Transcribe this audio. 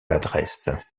l’adresse